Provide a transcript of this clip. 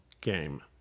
game